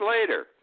later